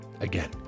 Again